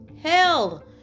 hell